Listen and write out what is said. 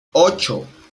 ocho